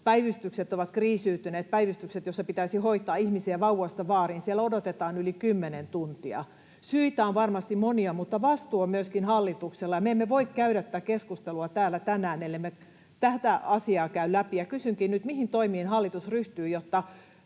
Päivystykset ovat kriisiytyneet — päivystyksessä, jossa pitäisi hoitaa ihmisiä vauvasta vaariin, odotetaan yli kymmenen tuntia. Syitä on varmasti monia, mutta vastuu on myöskin hallituksella. Me emme voi käydä tätä keskustelua täällä tänään, ellemme tätä asiaa käy läpi. Kysynkin nyt: mihin toimiin hallitus ryhtyy, jotta